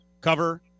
cover